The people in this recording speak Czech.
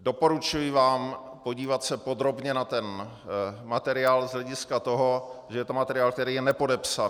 Doporučuji vám podívat se podrobně na ten materiál z hlediska toho, že je to materiál, který je nepodepsaný.